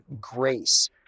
grace